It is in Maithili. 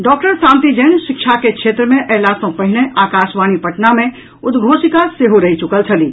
डॉक्टर शांति जैन शिक्षा के क्षेत्र मे अयला सँ पहिने आकाशवाणी पटना मे उद्घोषिका सेहो रहि चुकल छलीह